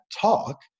talk